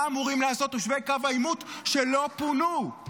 אמורים לעשות תושבי קו העימות שלא פונו?